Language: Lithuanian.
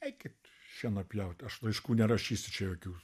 eikit šieno pjaut aš laiškų nerašysiu čia jokių